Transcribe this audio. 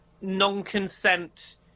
non-consent